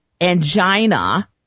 angina